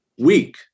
weak